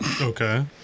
Okay